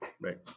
Right